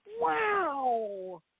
Wow